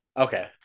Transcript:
Okay